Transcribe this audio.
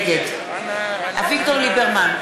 נגד אביגדור ליברמן,